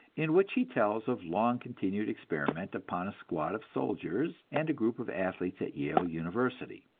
in which he tells of long-continued experiment upon a squad of soldiers and a group of athletes at yale university,